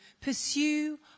Pursue